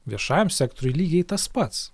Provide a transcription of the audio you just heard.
viešajam sektoriui lygiai tas pats